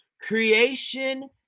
Creation